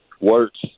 works